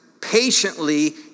patiently